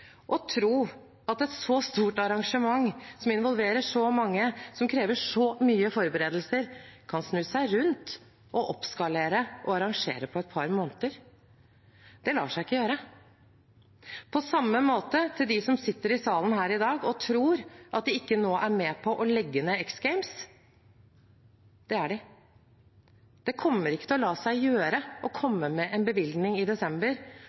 et så stort arrangement, som involverer så mange, og som krever så mye forberedelser, å snu seg rundt, oppskalere og arrangere på et par måneder? Det lar seg ikke gjøre. På samme måte, til dem som sitter i salen her i dag og tror at de ikke nå er med på å legge ned X Games: Det er de. Det kommer ikke til å la seg gjøre å komme med en bevilgning i desember